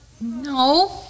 No